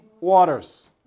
waters